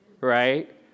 right